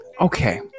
okay